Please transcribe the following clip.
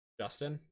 justin